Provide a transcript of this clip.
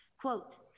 Quote